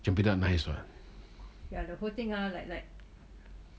chempedak nice [what]